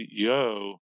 CEO